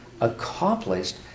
accomplished